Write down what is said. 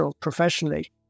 professionally